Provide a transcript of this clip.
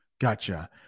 Gotcha